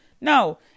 no